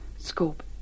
scope